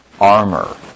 armor